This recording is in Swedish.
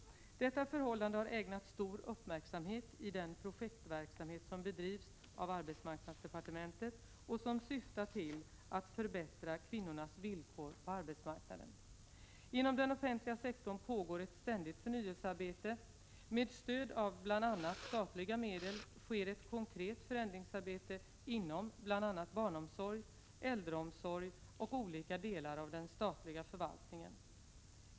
Detta förhållande har ägnats stor uppmärksamhet i den projektverksamhet som bedrivs av arbetsmarknadsdepartementet och som syftar till att förbättra kvinnornas villkor på arbetsmarknaden. Inom den offentliga sektorn pågår ett ständigt förnyelsearbete. Med stöd av bl.a. statliga medel sker ett konkret förändringsarbete inom bl.a. barnomsorg, äldreomsorg och olika delar av den statliga förvaltningen.